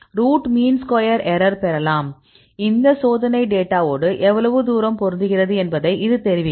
root mean square error பெறலாம் இந்த சோதனைத் டேட்டாவோடு எவ்வளவு தூரம் பொருந்துகிறது என்பதை இது தெரிவிக்கும்